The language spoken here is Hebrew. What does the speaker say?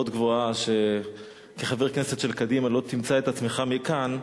גבוהה שכחבר כנסת של קדימה לא תמצא את עצמך כאן,